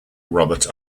robert